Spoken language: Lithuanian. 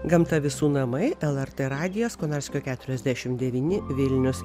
gamta visų namai lrt radijas konarskio keturiasdešimt devyni vilnius